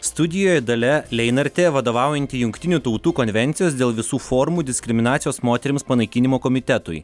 studijoj dalia leinartė vadovaujanti jungtinių tautų konvencijos dėl visų formų diskriminacijos moterims panaikinimo komitetui